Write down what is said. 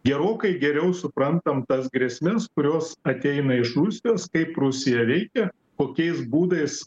gerokai geriau suprantam tas grėsmes kurios ateina iš rusijos kaip rusija veikia kokiais būdais